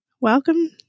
welcome